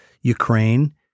Ukraine